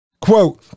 Quote